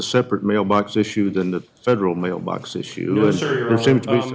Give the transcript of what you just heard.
separate mailbox issue than the federal mailbox issue